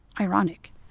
ironic